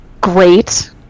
great